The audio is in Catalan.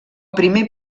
primer